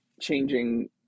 changing